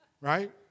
Right